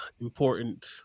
important